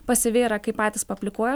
pasyvi yra kai patys paaplikuoja